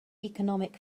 economic